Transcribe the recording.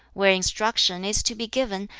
where instruction is to be given,